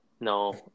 No